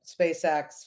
SpaceX